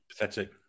Pathetic